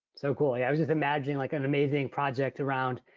so cool, yeah i was just imagining like an amazing project around,